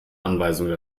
anweisungen